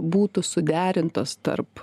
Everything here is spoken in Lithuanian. būtų suderintos tarp